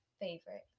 favorite